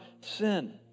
sin